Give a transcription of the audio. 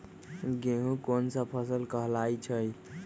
गेहूँ कोन सा फसल कहलाई छई?